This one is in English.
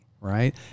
right